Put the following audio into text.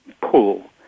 pull